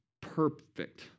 perfect